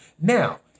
Now